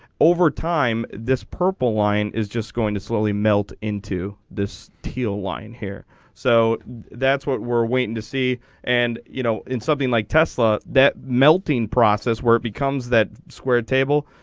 over time this purple line is just going to slowly meld into this teal line here. so that's what we're waiting to see and you know in something like tesla that melting process where it becomes that square table.